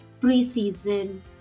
pre-season